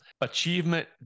achievement